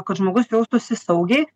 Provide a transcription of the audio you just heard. kad žmogus jaustųsi saugiai